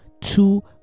two